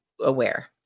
aware